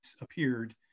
appeared